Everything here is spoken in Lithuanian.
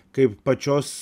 kaip pačios